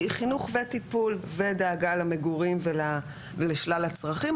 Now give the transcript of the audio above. חינוך וטיפול ודאגה למגורים ולשלל הצרכים,